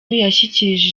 yashikirije